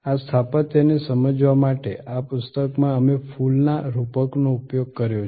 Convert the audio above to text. આ સ્થાપત્યને સમજવા માટે આ પુસ્તકમાં અમે ફૂલના રૂપકનો ઉપયોગ કર્યો છે